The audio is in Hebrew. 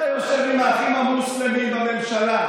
מי מנע, אתה יושב עם האחים המוסלמים בממשלה.